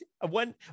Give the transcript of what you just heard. one